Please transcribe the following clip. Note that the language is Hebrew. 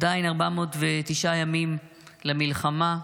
עדיין 409 ימים למלחמה,